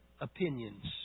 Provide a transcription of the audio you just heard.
opinions